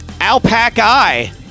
alpaca